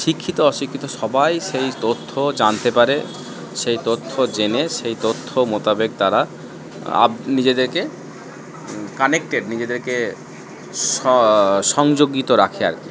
শিক্ষিত অশিক্ষিত সবাই সেই তথ্য জানতে পারে সেই তথ্য জেনে সেই তথ্য মোতাবেক তারা আব নিজেদেরকে কানেক্টেড নিজেদেরকে সংযোগিত রাখে আর কী